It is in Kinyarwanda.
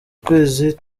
kwezi